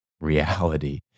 reality